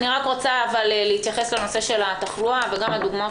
אני רק רוצה להתייחס לנושא של התחלואה וגם לדוגמאות,